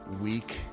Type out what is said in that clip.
week